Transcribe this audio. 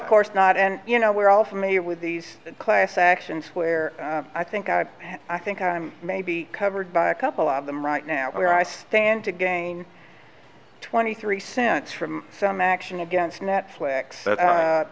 not and you know we're all familiar with these class actions where i think i think i may be covered by a couple of them right now where i stand to gain twenty three cents for some action against netfli